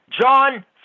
john